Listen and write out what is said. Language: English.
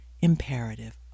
imperative